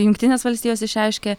jungtinės valstijos išreiškė